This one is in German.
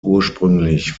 ursprünglich